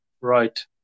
Right